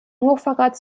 hochverrats